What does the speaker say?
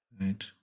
right